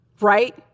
Right